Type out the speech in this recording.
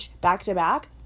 back-to-back